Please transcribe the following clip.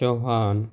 Chauhan